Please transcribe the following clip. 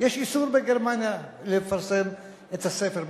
יש איסור בגרמניה לפרסם את הספר.